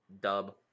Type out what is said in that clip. Dub